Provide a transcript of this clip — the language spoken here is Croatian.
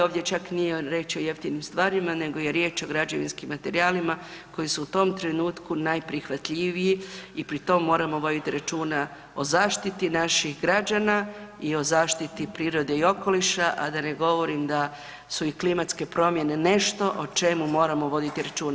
Ovdje čak nije riječ o jeftinim stvarima nego je riječ o građevinskim materijalima koji su u tom trenutku najprihvatljiviji i pri tome moramo voditi računa o zaštiti naših građana i o zaštiti prirode i okoliša, a da ne govorim da su i klimatske promjene nešto o čemu moramo voditi računa.